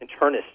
internist